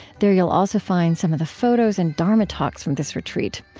there you'll also find some of the photos and dharma talks from this retreat.